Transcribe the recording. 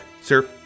sir